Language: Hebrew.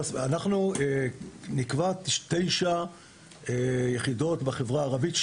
נקבע תשע יחידות בחברה הערבית,